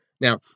Now